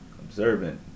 observant